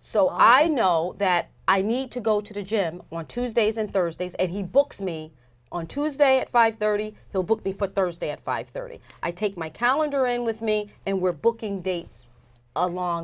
so i know that i need to go to the gym want tuesdays and thursdays and he books me on tuesday at five thirty the book before thursday at five thirty i take my calendaring with me and we're booking dates along